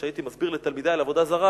כשהייתי מסביר לתלמידי על עבודה זרה,